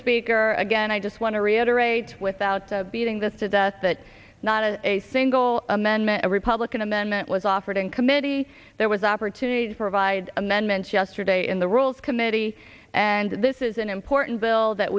speaker again i just want to reiterate without the beating this to death that not a single amendment a republican amendment was offered in committee there was an opportunity to provide amendments yesterday in the rules committee and this is an important bill that